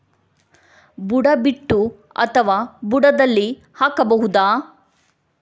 ಬುಡ ಬಿಟ್ಟು ಅಥವಾ ಬುಡದಲ್ಲಿ ಹಾಕಬಹುದಾ?